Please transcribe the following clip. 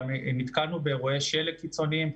גם נתקלנו באירועי שלג קיצוניים,